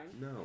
No